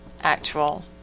actual